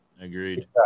Agreed